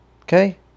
Okay